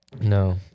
No